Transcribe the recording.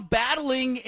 battling